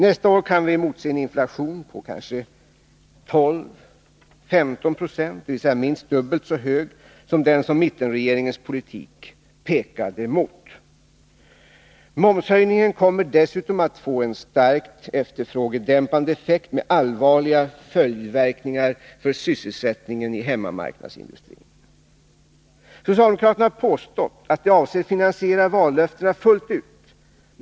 Nästa år kan vi emotse en inflation på 12-15 26, dvs. minst dubbelt så hög som den som mittenregeringens politik pekade emot. Momshöjningen kommer dessutom att få en starkt efterfrågedämpande effekt med allvarliga följdverkningar för sysselsättningen inom hemmamark Socialdemokraterna har påstått att de avser att finansiera vallöftena fullt ut.